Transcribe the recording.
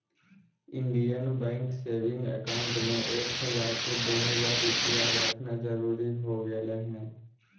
Indian bank saving account में एक हजार से दो हजार रुपया रखना जरूरी हो गेलय